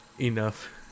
Enough